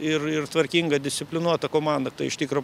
ir ir tvarkinga disciplinuota komanda tai iš tikro